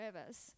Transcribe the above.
nervous